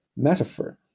metaphor